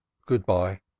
good-bye,